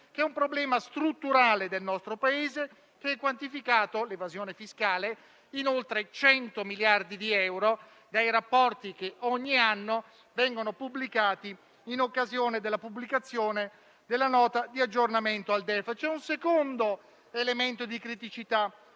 che è un problema strutturale del nostro Paese, quantificato in oltre 100 miliardi di euro dai rapporti che ogni anno vengono pubblicati in occasione della redazione della Nota di aggiornamento al DEF. C'è un secondo elemento di criticità,